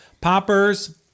Poppers